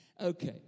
Okay